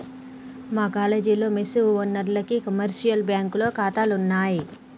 మా కాలేజీలో మెస్ ఓనర్లకి కమర్షియల్ బ్యాంకులో ఖాతాలున్నయ్